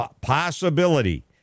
possibility